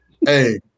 Hey